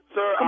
Sir